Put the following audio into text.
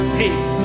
take